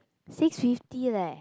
six fifty leh